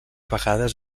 vegades